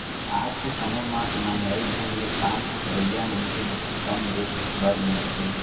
आज के समे म ईमानदारी ढंग ले काम करइया मनखे बहुत कम देख बर मिलथें